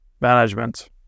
management